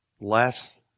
Less